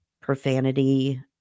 profanity